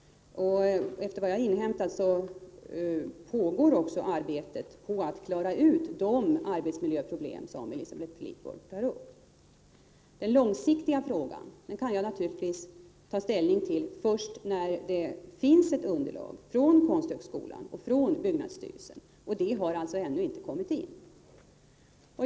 Enligt vad jag inhämtat pågår också arbetet med att klara ut de arbetsmiljöproblem som Elisabeth Fleetwood tar upp. Den långsiktiga frågan kan jag naturligtvis ta ställning till först när det finns ett underlag från Konsthögskolan och från byggnadsstyrelsen, och det har alltså ännu inte kommit in.